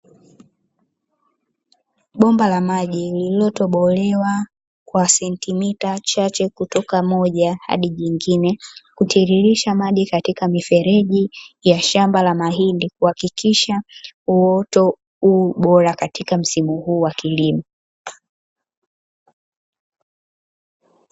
Bomba la maji lililotobolewa kwa sentimita chache kutoka moja hadi nyingine, hutiririsha maji katika mifereji ya shamba la mahindi, kuhakikisha uoto u bora katika msimu huu wa kilimo.